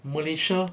malaysia